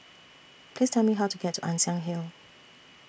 Please Tell Me How to get to Ann Siang Hill